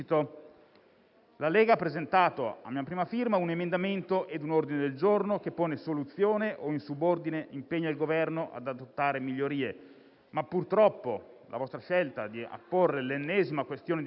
La Lega ha presentato, a mia prima firma, un emendamento ed un ordine del giorno che pone soluzione o, in subordine, impegna il Governo ad adottare migliorie, ma purtroppo la vostra scelta di apporre l'ennesima questione di fiducia